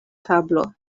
tablo